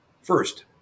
First